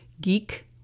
geek